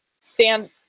stand